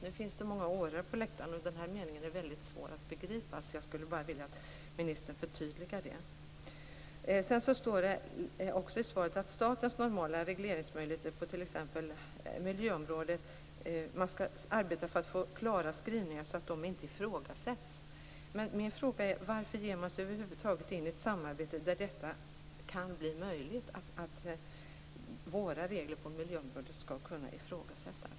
Nu finns det många åhörare på läktaren, och den här meningen är väldigt svår att begripa. Jag skulle vilja att ministern förtydligade detta. Sedan står det också i svaret att man skall arbeta för att få klara skrivningar så att statens normala regleringsmöjligheter på t.ex. miljöområdet inte ifrågasätts. Men min fråga är: Varför ger man sig över huvud taget in i ett samarbete där det kan bli möjligt att våra regler på miljöområdet ifrågasätts?